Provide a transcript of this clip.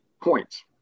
points